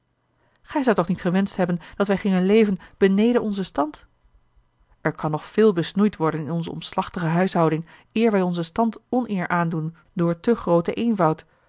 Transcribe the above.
gij zoudt toch niet gewenscht hebben dat wij gingen leven beneden onzen stand er kan nog veel besnoeid worden in onze omslachtige huishouding eer wij onzen stand oneer aandoen door te grooten eenvoud